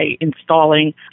installing